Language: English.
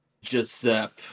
Giuseppe